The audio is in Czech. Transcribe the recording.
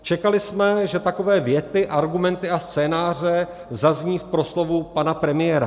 Čekali jsme, že takové věty, argumenty a scénáře zazní v proslovu pana premiéra.